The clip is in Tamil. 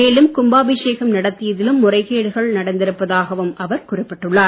மேலும் கும்பாபிஷேகம் நடத்தியதிலும் முறைகேடுகள் நடந்திருப்பதாகவும் அவர் குறிப்பிட்டுள்ளார்